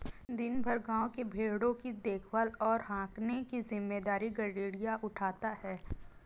दिन भर गाँव के भेंड़ों की देखभाल और हाँकने की जिम्मेदारी गरेड़िया उठाता है